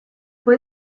fue